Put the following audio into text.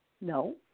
No